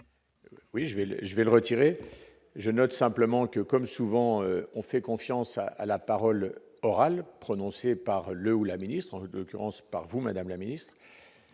le je vais le retirer, je note simplement que, comme souvent, on fait confiance à la parole orales prononcées par le ou la ministre de l'occurrence par vous, Madame la Ministre,